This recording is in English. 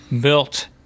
built